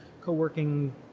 co-working